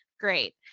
great